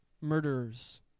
murderers